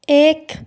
एक